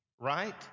right